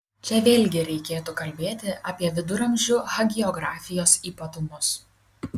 čia vėlgi reikėtų kalbėti apie viduramžių hagiografijos ypatumus